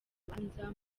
rubanza